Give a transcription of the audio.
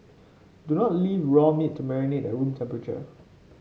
do not leave raw meat to marinate at room temperature